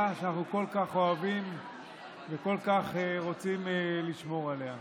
שאנחנו כל כך אוהבים וכל כך רוצים לשמור עליה.